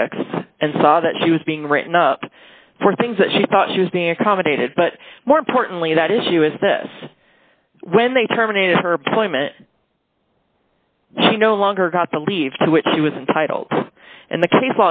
th and saw that she was being written up for things that she thought she was being accommodated but more importantly that issue is this when they terminated her point she no longer got the leave to which she was entitled and the ca